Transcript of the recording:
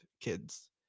kids